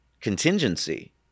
contingency